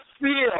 feel